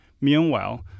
Meanwhile